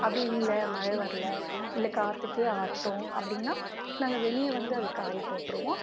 அப்படி இல்லை மழை வரல இல்லை காற்றுக்கே ஆறட்டும் அப்படின்னா நாங்கள் வெளியே வந்து அதை காய போட்டுருவோம்